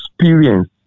experience